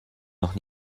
noch